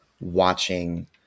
watching